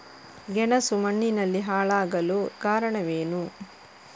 ಗೆಣಸು ಮಣ್ಣಿನಲ್ಲಿ ಹಾಳಾಗಲು ಕಾರಣವೇನು?